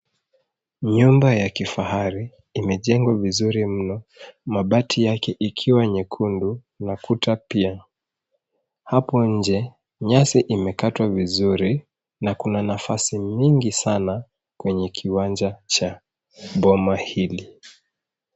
Nyumba ya kifahari, imejengwa vizuri mno. Mabati yake ikiwa nyekundu, na kuta pia. Hapo nje nyasi imekatwa vizuri, na kuna nafasi mingi sana kwenye kiwanja cha boma hili.